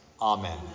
Amen